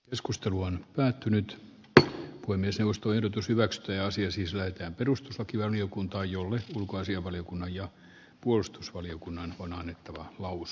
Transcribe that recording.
keskustelu on päättynyt kuin myös joustoehdotus hyvä asia siis löytää perustuslakivaliokuntaa jolle ulkoasianvaliokunnan ja puolustusvaliokunnan on annettu jatkossakin